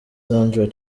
sandra